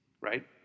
right